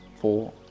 four